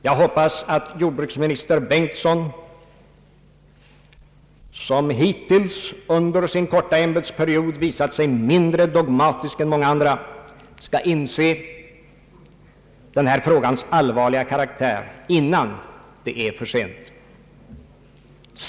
Jag hoppas att jordbruksminister Bengtsson, som hittills under sin korta ämbetsperiod visat sig mindre dogmatisk än många andra, skall inse den här frågans allvarliga karaktär, innan det är för sent.